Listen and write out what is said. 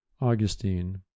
Augustine